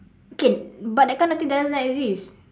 okay but that kind of thing doesn't exist